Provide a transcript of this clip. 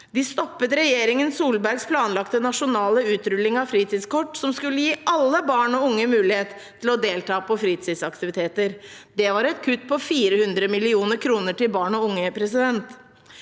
De stoppet regjeringen Solbergs planlagte nasjonale utrulling av fritidskort, som skulle gi alle barn og unge mulighet til å delta på fritidsaktiviteter. Det var et kutt på 400 mill. kr til barn og unge. Denne